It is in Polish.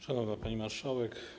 Szanowna Pani Marszałek!